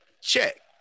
check